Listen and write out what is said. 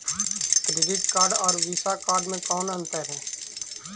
Credit card और Visa card मे कौन अन्तर है?